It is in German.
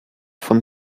von